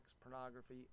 pornography